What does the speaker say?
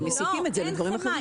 אין חמאה.